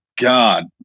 God